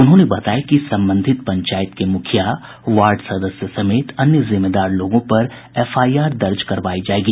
उन्होंने बताया कि संबंधित पंचायत के मुखिया वार्ड सदस्य समेत अन्य जिम्मेदार लोगों पर एफआईआर दर्ज कर कार्रवाई की जायेगी